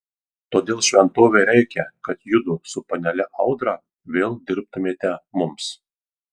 todėl šventovei reikia kad judu su panele audra vėl dirbtumėte mums